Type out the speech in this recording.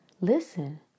listen